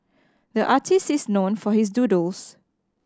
the artist is known for his doodles